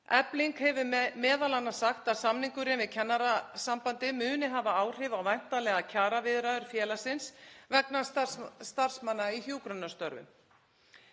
Efling hefur m.a. sagt að samningurinn við Kennarasambandið muni hafa áhrif á væntanlegar kjaraviðræður félagsins vegna starfsmanna í hjúkrunarstörfum.